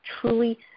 truly –